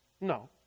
No